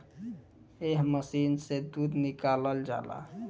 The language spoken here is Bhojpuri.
एह मशीन से दूध निकालल जाला